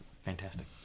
fantastic